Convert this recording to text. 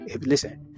listen